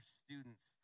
students